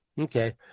Okay